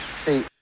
See